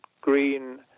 green